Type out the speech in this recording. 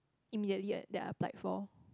immediately that I applied for